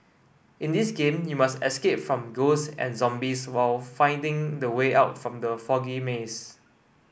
in this game you must escape from ghosts and zombies while finding the way out from the foggy maze